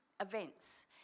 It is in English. events